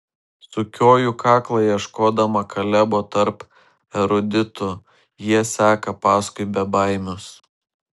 sukioju kaklą ieškodama kalebo tarp eruditų jie seka paskui bebaimius